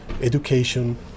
education